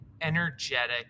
energetic